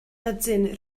ydyn